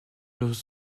nos